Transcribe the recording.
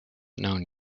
known